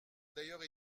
d’ailleurs